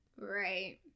Right